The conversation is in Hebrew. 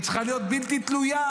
היא צריכה להיות בלתי תלויה,